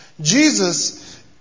Jesus